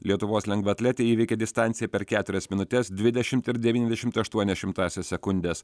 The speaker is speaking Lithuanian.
lietuvos lengvaatletė įveikė distanciją per keturias minutes dvidešimt ir devyniasdešimt aštuonias šimtąsias sekundės